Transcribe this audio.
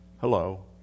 hello